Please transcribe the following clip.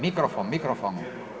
Mikrofon, mikrofon.